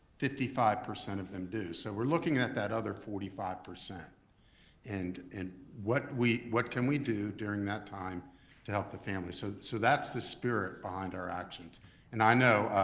fifty five percent of them do. so we're looking at that other forty five. and and what we, what can we do during that time to help the families so so that's the spirit behind our actions and i know,